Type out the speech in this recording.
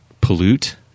pollute